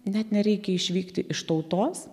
net nereikia išvykti iš tautos